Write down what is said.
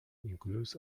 includes